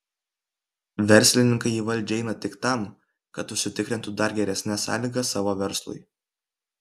verslininkai į valdžią eina tik tam kad užsitikrintų dar geresnes sąlygas savo verslui